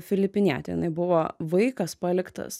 filipinietė jinai buvo vaikas paliktas